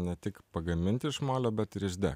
ne tik pagaminti iš molio bet ir išdegt